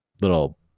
little